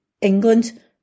England